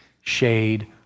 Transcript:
shade